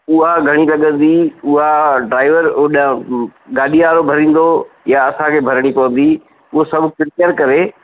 उहा घणी लॻंदी उहा ड्राइवर होॾा गाॾी वारो भरींदो या असांखे भरिणी पवंदी उहा सभु कृपा करे